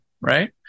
right